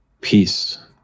peace